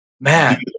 man